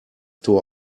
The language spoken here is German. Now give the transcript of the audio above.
tor